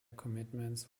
commitments